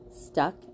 Stuck